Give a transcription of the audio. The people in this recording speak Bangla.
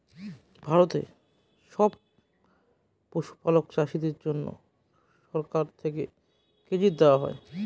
ভারতের সব পশুপালক চাষীদের জন্যে সরকার থেকে ক্রেডিট দেওয়া হয়